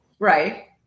Right